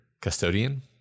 Custodian